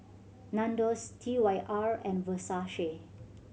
Nandos T Y R and Versace